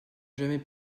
jamais